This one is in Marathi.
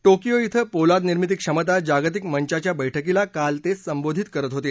टोकियो िंग पोलाद निर्मिती क्षमता जागतिक मंचाच्या बस्क्रीला काल ते संबोधित करत होते